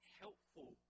helpful